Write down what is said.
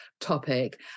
topic